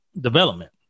development